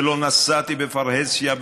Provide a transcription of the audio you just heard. ולא נסעתי בפרהסיה,